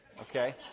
okay